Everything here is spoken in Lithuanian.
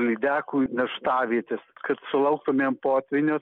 lydekų nerštavietės kad sulauktumėm potvynio